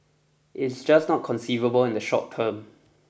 it is just not conceivable in the short term